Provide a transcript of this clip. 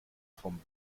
vom